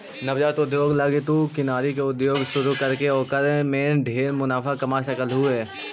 नवजात उद्योग लागी तु किनारी के उद्योग शुरू करके ओकर में ढेर मुनाफा कमा सकलहुं हे